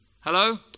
Hello